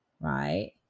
right